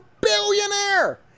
billionaire